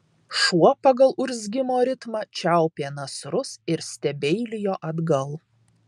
šuo pagal urzgimo ritmą čiaupė nasrus ir stebeilijo atgal